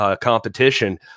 competition